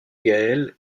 gaël